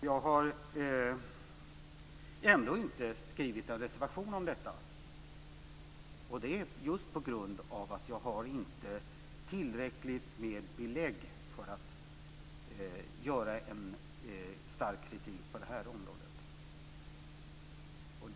Jag har ändå inte skrivit en reservation om detta, och det beror på att jag inte har tillräckligt med belägg för att rikta en stark kritik på det här området.